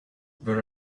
where